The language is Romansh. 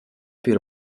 pür